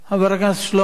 אחרון הדוברים,